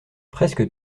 presque